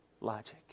logic